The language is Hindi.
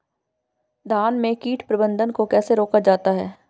धान में कीट प्रबंधन को कैसे रोका जाता है?